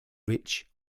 rich